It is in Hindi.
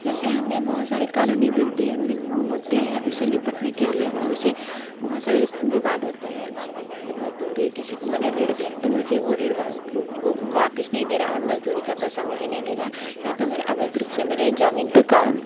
जैसे हमें बहुत सारे कानूनी विद्दे मुद्दे हैं उससे निपटने के लिए हम लोग इसे बहुत सारे ऐसे विवाद होते हैं मामले में त मजदूरी किसी को मैंने ऋण दिया तो मुझे वो ऋण वापिस नहीं दे रहा और मजदूरी का पैसा मुझे नहीं दे रहा या तो मेरे अवैध रूप से मेरी ज़मीन पर का